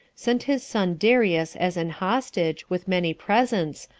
sent his son darius as an hostage, with many presents,